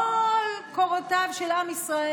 כל קורותיו של עם ישראל,